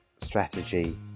strategy